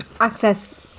Access